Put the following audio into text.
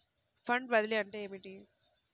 Fund బదిలీ అంటే ఏమిటి?